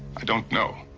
i don't know.